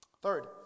Third